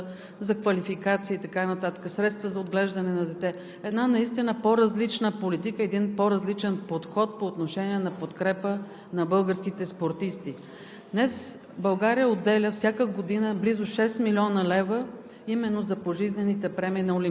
за безлихвени кредити, средства да завършат образованието си, средства, които са за квалификация, и така нататък, средства за отглеждане на дете. Една по-различна политика, един по-различен подход по отношение подкрепа на българските спортисти.